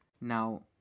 Now